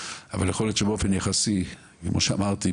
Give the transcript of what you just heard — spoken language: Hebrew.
אבל יכול להיות שבאופן יחסי כמו שאמרתי,